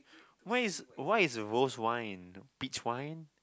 why is why is rose wine peach wine